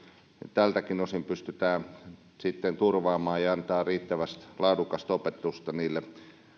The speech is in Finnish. tältäkin osin pystytään sitten turvaamaan ja antamaan riittävän laadukasta opetusta niille